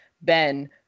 Ben